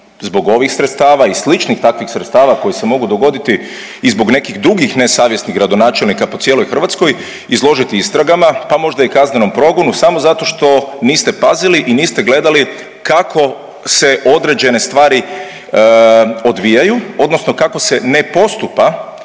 zbog ovih sredstava i sličnih takvih sredstava koji se mogu dogoditi i zbog nekih drugih nesavjesnih gradonačelnika po cijeloj Hrvatskoj, izložiti istragama, pa možda i kaznenom progonu samo zato što niste pazili i niste gledali kako se određene stvari odvijaju, odnosno kako se ne postupa,